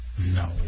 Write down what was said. No